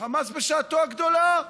החמאס בשעתו הגדולה,